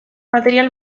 material